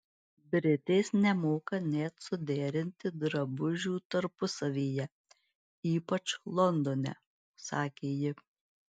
britės nemoka net suderinti drabužių tarpusavyje ypač londone sakė ji